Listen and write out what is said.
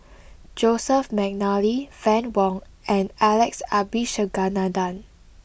Joseph McNally Fann Wong and Alex Abisheganaden